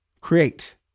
create